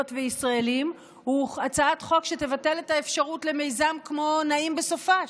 וישראלים הוא הצעת חוק שתבטל את האפשרות למיזם כמו נעים בסופ"ש,